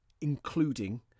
including